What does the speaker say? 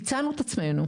הצענו את עצמנו,